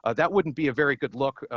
ah that wouldn't be a very good look.